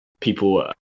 people